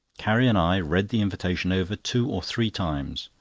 carrie and i read the invitation over two or three times.